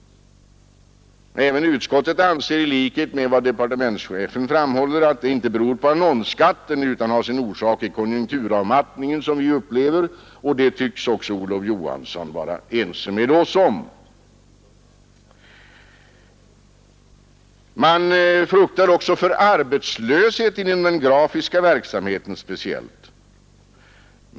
Även utskottet anser i likhet med departementschefen att detta inte beror på annonsskatten utan har sin orsak i den konjunkturavmattning vi upplever. Det tycks också herr Olof Johansson i Stockholm vara ense med oss om. Man fruktar också arbetslöshet speciellt inom den grafiska verksamheten.